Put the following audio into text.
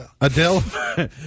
Adele